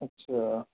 اچھا